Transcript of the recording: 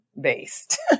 based